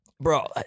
Bro